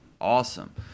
Awesome